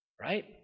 right